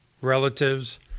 relatives